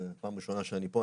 זו פעם ראשונה שאני פה.